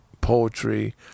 poetry